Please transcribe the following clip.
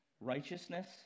Righteousness